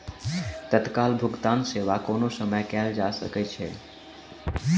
तत्काल भुगतान सेवा कोनो समय कयल जा सकै छै